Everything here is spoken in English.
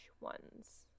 ones